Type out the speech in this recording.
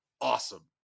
awesome